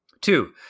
Two